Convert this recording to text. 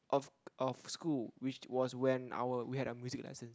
of of school which was when our we had our music lesson